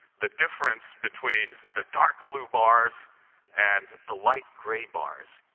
the difference between the dark blue bars and the light gray bars.